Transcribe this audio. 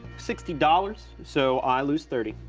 sixty dollars, so i lose thirty.